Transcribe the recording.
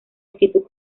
actitud